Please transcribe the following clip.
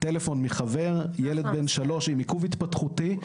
קיבלתי טלפון מחבר ילד בן שלוש עם עיכוב התפתחותי.